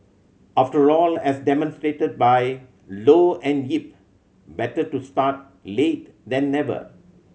after all as demonstrated by Low and Yip better to start late then never